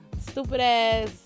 stupid-ass